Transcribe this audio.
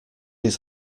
his